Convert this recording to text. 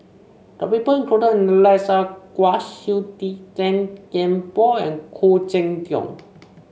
the people included in the list are Kwa Siew Tee Tan Kian Por and Khoo Cheng Tiong